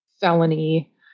felony